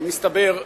מסתבר,